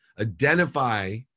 identify